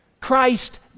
Christ